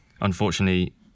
unfortunately